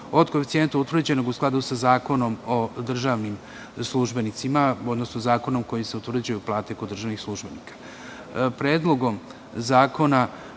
od koeficijenta utvrđenog u skladu sa Zakonom o državnim službenicima, odnosno zakonom kojim se utvrđuju plate kod državnih službenika.